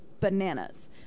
bananas